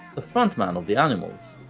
the front-man of the animals,